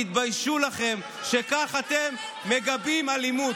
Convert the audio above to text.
תתביישו לכם שכך אתם מגבים אלימות.